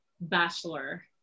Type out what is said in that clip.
bachelor